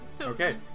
Okay